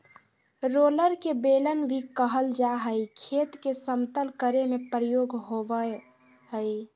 roller के बेलन भी कहल जा हई, खेत के समतल करे में प्रयोग होवअ हई